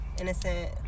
innocent